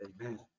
Amen